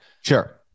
Sure